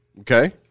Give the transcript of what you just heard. Okay